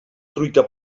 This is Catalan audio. truita